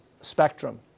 spectrum